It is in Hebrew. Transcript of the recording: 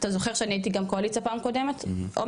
אתה זוכר שאני הייתי גם קואליציה פעם קודמת עומר?